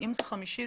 אם זה ביום חמישי,